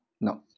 No